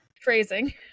Phrasing